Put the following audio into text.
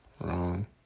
wrong